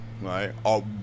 right